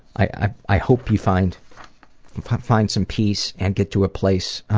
i i hope you find find some peace and get to a place